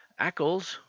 Ackles